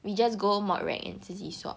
we just go module rag and 自己 swap